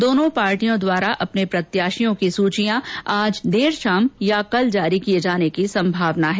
दोनों पार्टियों द्वारा अपने प्रत्याशियों की सूचियां आज देर शाम या कल जारी किए जाने की संभावना है